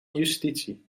justitie